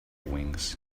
wings